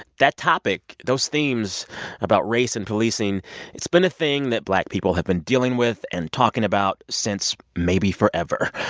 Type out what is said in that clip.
that topic, those themes about race and policing it's been a thing that black people have been dealing with and talking about since maybe forever.